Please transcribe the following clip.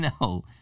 No